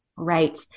Right